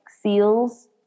seals